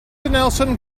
nelson